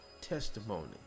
testimony